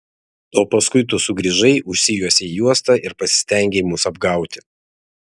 o paskui tu sugrįžai užsijuosei juostą ir pasistengei mus apgauti